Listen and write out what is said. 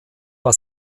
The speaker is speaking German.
war